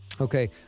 Okay